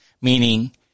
Meaning